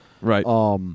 Right